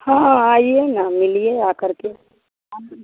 हाँ हाँ आइए ना मिलिए ना आकर के